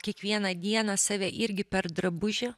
kiekvieną dieną save irgi per drabužį